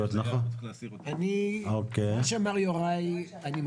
אני רוצה לסנגר על תיקון 34 ועל קביעת